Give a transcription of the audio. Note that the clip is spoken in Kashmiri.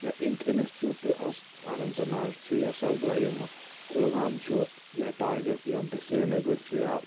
یا انک اِنسچوٹ اننت ناگ چھُ یا سبلایِم کُلگام چھُ یا Target P M T Srinagar چھُ یا